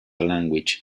language